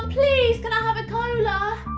please can i have a cola?